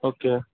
okay